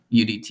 UDT